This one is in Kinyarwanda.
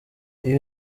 iyo